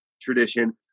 tradition